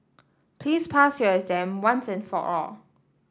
please pass your exam once and for all